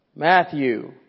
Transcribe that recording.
Matthew